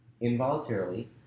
involuntarily